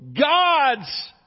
God's